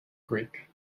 greek